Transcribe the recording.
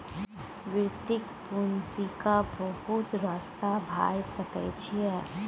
वित्तीय पूंजीक बहुत रस्ता भए सकइ छै